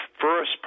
first